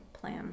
plan